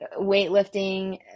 weightlifting